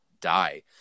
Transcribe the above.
die